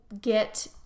get